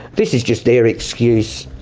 this is just their excuse.